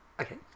Okay